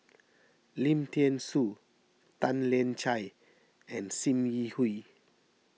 Lim thean Soo Tan Lian Chye and Sim Yi Hui